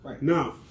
Now